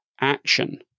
action